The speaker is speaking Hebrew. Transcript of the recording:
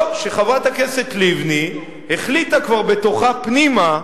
או שחברת הכנסת לבני החליטה כבר בתוכה פנימה,